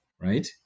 right